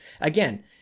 Again